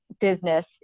business